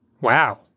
Wow